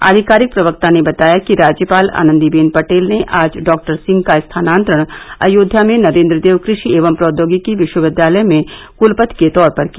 आधिकारिक प्रवक्ता ने बताया कि राज्यपाल आनंदीबेन पटेल ने आज डॉक्टर सिंह का स्थानांतरण अयोध्या में नरेन्द्र देव कृषि एवं प्रोंचोगिकी विश्वविद्यालय में क्लपति के तौर पर किया